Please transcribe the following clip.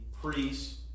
priests